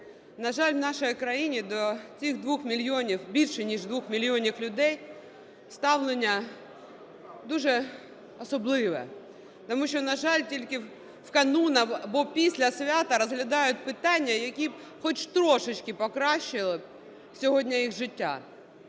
На жаль, у нашій країні до цих 2 мільйонів, більше ніж 2 мільйонів людей, ставлення дуже особливе, тому що, на жаль, тільки в канун або після свята розглядають питання, які б хоч трошечки покращили б сьогодні їх життя.